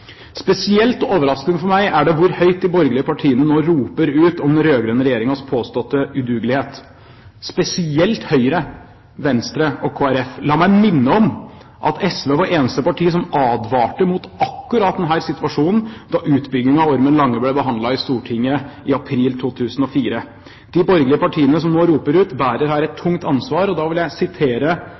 Spesielt overraskende er det for meg hvor høyt de borgerlige partiene nå roper ut om den rød-grønne regjeringens påståtte udugelighet – spesielt Høyre, Venstre og Kristelig Folkeparti. La meg minne om at SV var det eneste partiet som advarte mot akkurat denne situasjonen da utbyggingen av Ormen Lange ble behandlet i Stortinget i april 2004. De borgerlige partiene som nå roper ut, bærer her et tungt ansvar. Jeg vil sitere tidligere olje- og